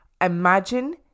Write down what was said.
Imagine